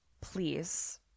Please